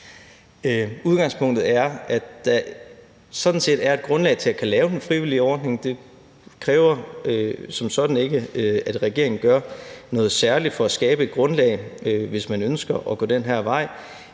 Udgangspunktet er, at der sådan set er et grundlag til at kunne lave den frivillige ordning. Det kræver som sådan ikke, at regeringen gør noget særligt for at skabe et grundlag, hvis man ønsker at gå den her vej.